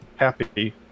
Happy